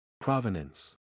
Provenance